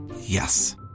Yes